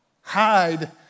hide